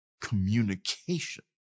communication